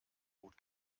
gut